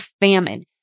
famine